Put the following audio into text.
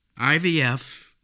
IVF